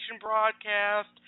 broadcast